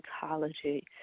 psychology